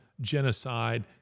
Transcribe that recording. genocide